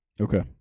Okay